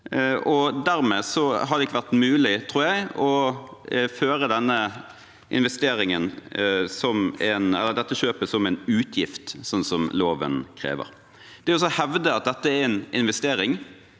Dermed har det ikke vært mulig, tror jeg, å føre dette kjøpet som en utgift, slik loven krever. Det å hevde at dette er en investering